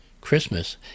Christmas